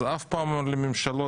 אז אף פעם אין לממשלות,